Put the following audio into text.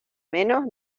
menos